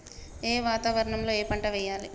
ఏ వాతావరణం లో ఏ పంట వెయ్యాలి?